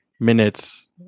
minutes